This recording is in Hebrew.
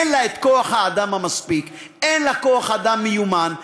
אין לה כוח-האדם המספיק, אין לה כוח-אדם מיומן.